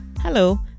Hello